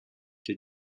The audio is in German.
der